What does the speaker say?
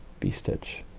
v-stitch.